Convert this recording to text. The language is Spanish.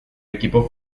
equipo